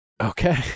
Okay